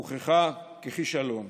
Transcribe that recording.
הוכחה ככישלון.